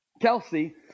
Kelsey